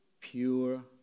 pure